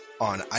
on